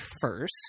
first